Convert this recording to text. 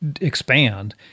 expand